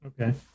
okay